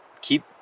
keep